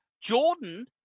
Jordan